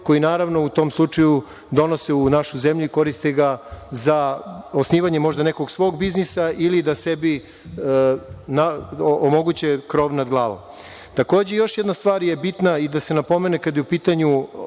koji naravno u tom slučaju donose u našu zemlju i koriste ga za osnivanje možda nekog svog biznisa ili da sebi omoguće krov nad glavom. Još jedna stvar je bitna i da se napomene kada je u pitanju